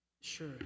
sure